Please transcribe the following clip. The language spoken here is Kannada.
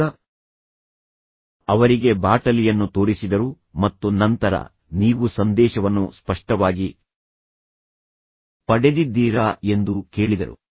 ಈಗ ಅವರಿಗೆ ಬಾಟಲಿಯನ್ನು ತೋರಿಸಿದರು ಮತ್ತು ನಂತರ ನೀವು ಸಂದೇಶವನ್ನು ಸ್ಪಷ್ಟವಾಗಿ ಪಡೆದಿದ್ದೀರಾ ಎಂದು ಕೇಳಿದರು